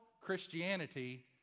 Christianity